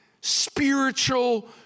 spiritual